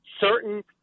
certain